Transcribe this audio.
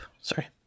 sorry